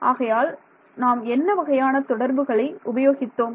ஆகையால் நான் என்ன வகையான தொடர்புகளை உபயோகித்தோம்